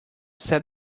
set